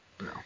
No